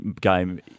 game